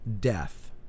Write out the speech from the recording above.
Death